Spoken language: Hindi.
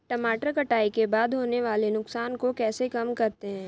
टमाटर कटाई के बाद होने वाले नुकसान को कैसे कम करते हैं?